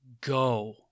go